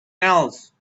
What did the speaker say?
else